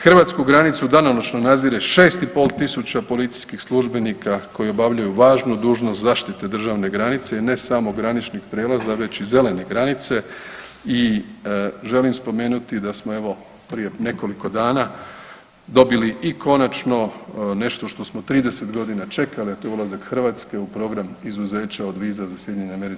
Hrvatsku granicu danonoćno nadzire 6500 policijskih službenika koji obavljaju važnu dužnost zaštite državne granice i ne samo graničnih prijelaza već i zelene granice i želim spomenuti da smo evo prije nekoliko dana dobili i konačno nešto što smo 30.g. čekali, a to je ulazak Hrvatske u program izuzeća od viza za SAD.